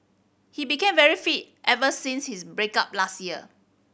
he became very fit ever since his break up last year